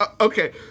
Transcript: okay